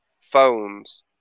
phones